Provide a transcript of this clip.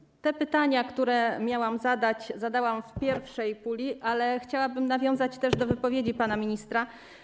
Właściwie te pytania, które miałam zadać, zadałam w pierwszej puli, ale chciałabym nawiązać też do wypowiedzi pana ministra.